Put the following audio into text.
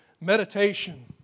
meditation